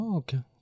okay